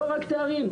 לא רק תארים.